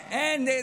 מה?